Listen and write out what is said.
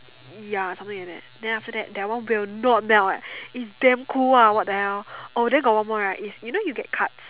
ya something like that then after that that one will not melt eh it's damn cool !wow! what the hell oh then got one more right is you know you get cuts